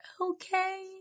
okay